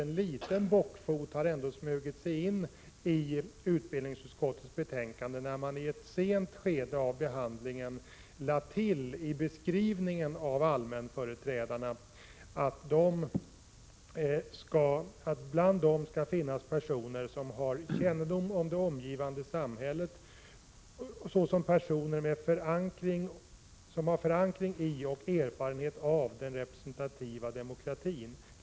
En liten bockfot har smugit sig in i utbildningsutskottets betänkande, nämligen det tillägg som gjordes i ett sent skede av behandlingen: ”Bland företrädarna för allmänna intressen bör kunna finnas personer som har kännedom om det omgivande samhälle i vilket högskoleenheten verkar, såsom personer med förankring i och erfarenhet av den representativa demokratin.